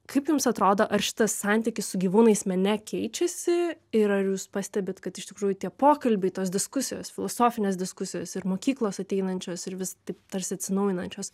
kaip jums atrodo ar šitas santykis su gyvūnais mene keičiasi ir ar jūs pastebit kad iš tikrųjų tie pokalbiai tos diskusijos filosofinės diskusijos ir mokyklos ateinančios ir vis taip tarsi atsinaujinančios